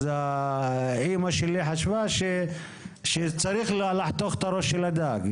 אז אמא שלי חשבה שצריך לחתוך את הראש של הדג,